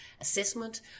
assessment